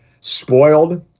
spoiled